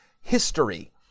history